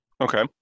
Okay